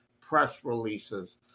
press-releases